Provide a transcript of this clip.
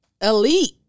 elite